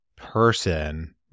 person